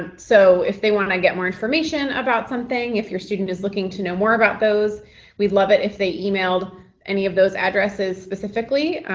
so if they want to get more information about something if your student is looking to know more about those we'd love it if they emailed any of those addresses specifically,